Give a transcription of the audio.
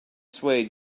swayed